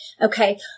Okay